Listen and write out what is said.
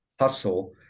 hustle